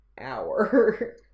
hour